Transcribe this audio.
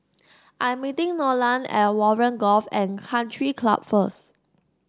I am meeting Nolan at Warren Golf and Country Club first